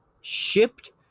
Shipped